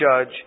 judge